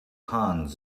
hans